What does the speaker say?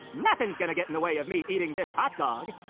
nothing's gonna get in the way of me eating this hot dog.